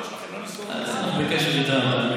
אני בקשר איתם.